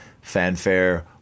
fanfare